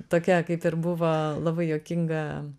tokia kaip ir buvo labai juokinga